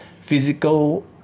physical